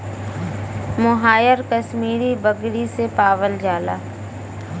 मोहायर कशमीरी बकरी से पावल जाला